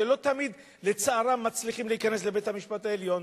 שלצערם לא תמיד מצליחים להיכנס לבית-המשפט העליון,